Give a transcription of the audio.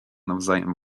nawzajem